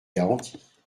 garanties